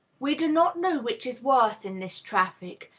we do not know which is worse in this traffic,